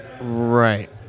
Right